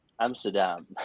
Amsterdam